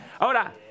Ahora